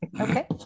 Okay